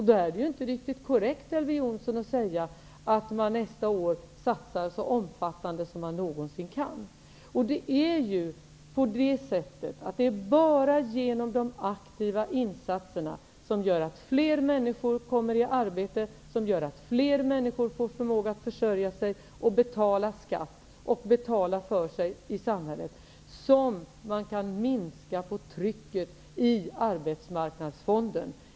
Då är det ju inte riktigt korrekt att säga att man nästa år satsar så omfattande som man någonsin kan. Det är bara med aktiva insatser, som gör att fler människor kommer i arbete, som gör att fler människor får förmåga att försörja sig och betala för sig i samhället, som man kan minska på trycket i arbetsmarknadsfonden.